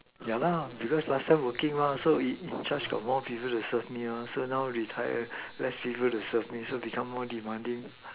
yeah because last time working so in charge got people to serve me so now retired less people to serve me so become more demanding